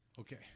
Okay